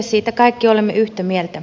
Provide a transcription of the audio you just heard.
siitä kaikki olemme yhtä mieltä